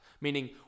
Meaning